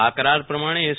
આ કરાર પ્રમાણે એસ